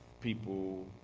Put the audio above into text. people